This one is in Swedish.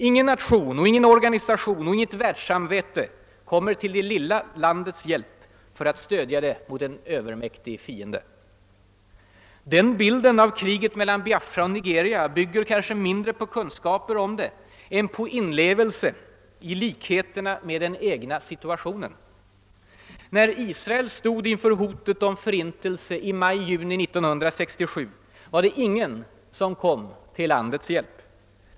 Ingen nation, ingen organisation, inget världssamvete kommer till det lilla landets hjälp för att stödja det mot en övermäktig fiende. Den bilden av kriget mellan Biafra och Nigeria bygger kanske mindre på kunskaper om det än på inlevelse i likheterna med den egna situationen. När Israel stod inför hotet om förintelse i maj—juni 1967 var det ingen som kom till landets hjälp.